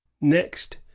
Next